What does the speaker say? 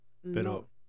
pero